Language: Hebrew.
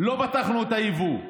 לא בתחנות היבוא.